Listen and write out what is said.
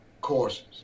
courses